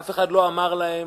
אף אחד לא אמר להם,